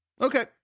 Okay